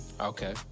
Okay